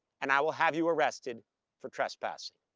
and i will have you arrested for trespassing.